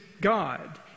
God